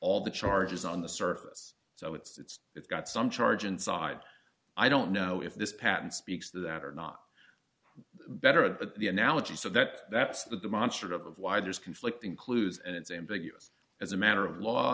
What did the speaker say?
all the charges on the surface so it's it's got some charge inside i don't know if this patent speaks to that or not better at the analogy so that that's the demonstrative of why there's conflicting clues and it's ambiguous as a matter of law